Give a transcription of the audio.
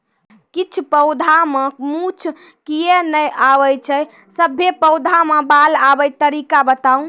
किछ पौधा मे मूँछ किये नै आबै छै, सभे पौधा मे बाल आबे तरीका बताऊ?